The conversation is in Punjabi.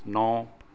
ਨੌ